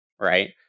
right